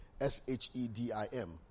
S-H-E-D-I-M